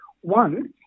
One